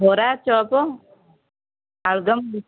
ବରା ଚପ୍ ଆଳୁଦମ୍